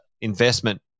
investment